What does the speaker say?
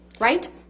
right